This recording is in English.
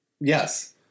Yes